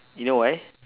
you know why